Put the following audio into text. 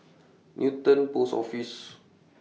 Newton Post Office